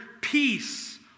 peace